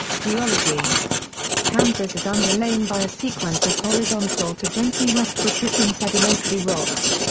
geology kansas is underlain by a sequence of horizontal to gently westward dipping sedimentary rocks.